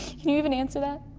can you even answer that?